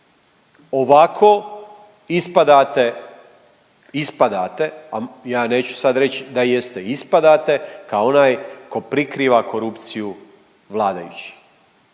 Ovako ispadate, ispadate, ja neću sad reć da jeste, ispadate kao onaj tko prikiva korupciju vladajućih.